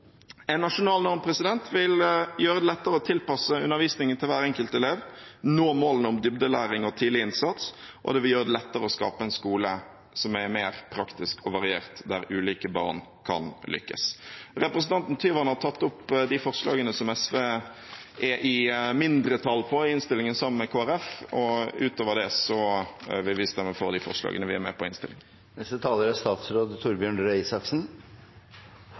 En nasjonal norm vil gjøre det lettere å tilpasse undervisningen til hver enkelt elev, nå målene om dybdelæring og tidlig innsats, og det vil gjøre det lettere å skape en skole som er mer praktisk og variert, der ulike barn kan lykkes. Representanten Tyvand har tatt opp de forslagene som SV er i mindretall på i innstillingen, sammen med Kristelig Folkeparti. Ut over det vil vi stemme for de forslagene vi er med på i innstillingen. Det er